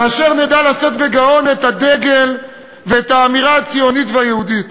כאשר נדע לשאת בגאון את הדגל ואת האמירה הציונית והיהודית.